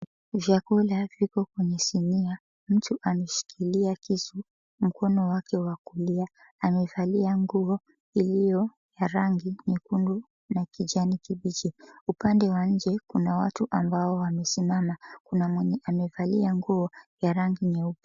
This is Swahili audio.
Vyakula viko kwenye sinia. Mtu ameshikilia kisu na mkono wake wa kulia. Amevalia nguo iliyo ya rangi nyekundu na kijani kibichi. Upande wa nje kuna watu ambao wamesimama. Kuna mwenye amevalia nguo ya rangi nyeupe.